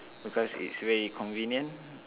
because it's very convenient